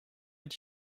est